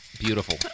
Beautiful